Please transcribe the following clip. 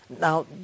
Now